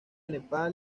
nepal